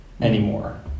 anymore